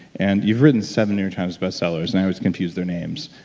and you've written seven new york times bestsellers, and i always confuse their names.